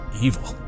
evil